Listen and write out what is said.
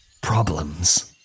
problems